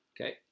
Okay